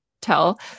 tell